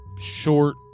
short